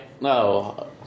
no